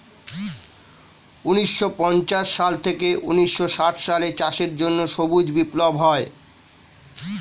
ঊন্নিশো পঞ্চাশ সাল থেকে ঊন্নিশো ষাট সালে চাষের জন্য সবুজ বিপ্লব হয়